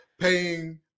paying